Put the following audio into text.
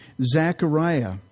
Zechariah